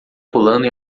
pulando